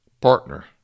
partner